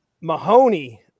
Mahoney